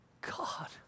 God